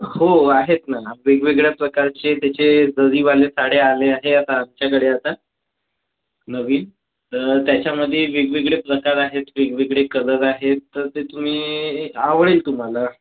हो आहेत ना मॅम वेगवेगळ्या प्रकारचे त्याचे जरीवाल्या साड्या आल्या आहे आता आमच्याकडे आता नवीन तर त्याच्यामध्ये वेगवेगळे प्रकार आहेत वेगवेगळे कलर आहेत तर ते तुम्ही आवडेल तुम्हाला